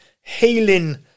healing